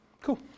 cool